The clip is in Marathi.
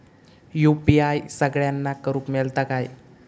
यू.पी.आय सगळ्यांना करुक मेलता काय?